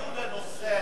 הדיון בנושא,